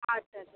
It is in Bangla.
আচ্ছা আচ্ছা